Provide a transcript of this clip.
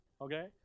Okay